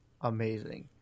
amazing